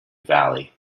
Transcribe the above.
valley